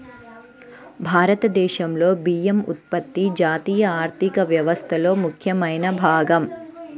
భారతదేశంలో బియ్యం ఉత్పత్తి జాతీయ ఆర్థిక వ్యవస్థలో ముఖ్యమైన భాగం